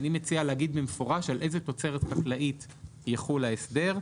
אני מציע להגיד במפורש על איזה תוצרת חקלאית יחול ההסדר.